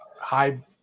high